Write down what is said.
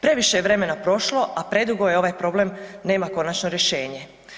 Previše je vremena prošlo, a predugo ovaj problem nema konačno rješenje.